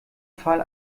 fall